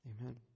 Amen